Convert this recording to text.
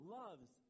loves